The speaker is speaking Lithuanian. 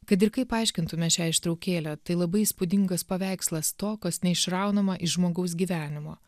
kad ir kaip aiškintume šią ištraukėlę tai labai įspūdingas paveikslas to kas neišraunama iš žmogaus gyvenimo